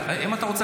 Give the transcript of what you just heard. אני רוצה